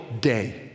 day